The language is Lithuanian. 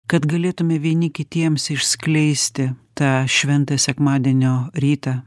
kad galėtume vieni kitiems išskleisti tą šventą sekmadienio rytą